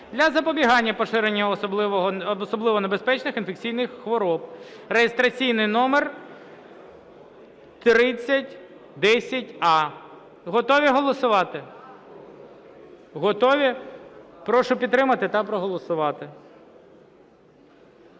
для запобігання поширенню особливо небезпечних інфекційних хвороб (реєстраційний номер 3010-а). Готові голосувати? Готові? Прошу підтримати та проголосувати.